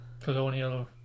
colonial